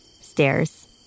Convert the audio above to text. stairs